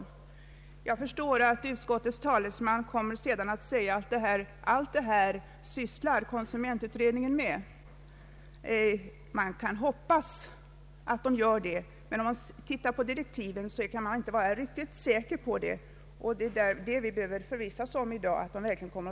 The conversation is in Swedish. Jag förstår att utskottets talesman kommer att säga att utredningen sysslar med allt detta, och jag hoppas att den gör det, men när man tittar på direktiven finner man att man inte kan vara riktigt säker.